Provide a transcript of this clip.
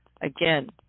again